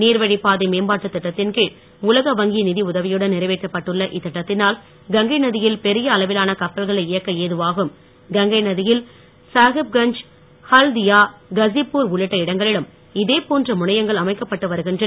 நீர்வழிப்பாதை மேம்பாட்டு திட்டத்தின் கீழ் உலக வங்கியின் நிதி உதவியுடன் நிறைவேற்றப்பட்டுள்ள இத்திட்டத்தினால் கங்கை நதியில் பெரிய அளவிலான கப்பல்களை இயக்க ஏதுவாகும் கங்கை நதியில் சாகிப்கஞ்ச் ஹல்தியா காஜீபுர் உள்ளிட்ட இடங்களிலும் இதேபோன்ற முனையங்கள் அமைக்கப்பட்டு வருகின்றன